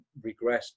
regressed